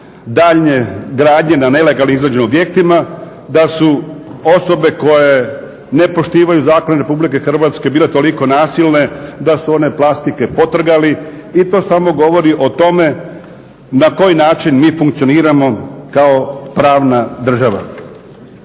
daljnje gradnje na nelegalno izgrađenim objektima da su osobe koje ne poštivaju Zakone Republike Hrvatske bile toliko nasilne da su one plastike potrgali i to samo govori o tome na koji način mi funkcioniramo kao pravna država.